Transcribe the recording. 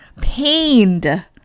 Pained